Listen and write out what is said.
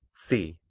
c.